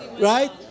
Right